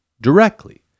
directly